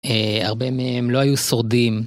הרבה מהם לא היו שורדים.